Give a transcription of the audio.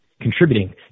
contributing